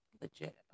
legit